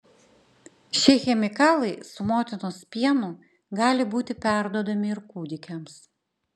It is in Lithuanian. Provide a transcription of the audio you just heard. šie chemikalai su motinos pienu gali būti perduodami ir kūdikiams